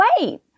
wait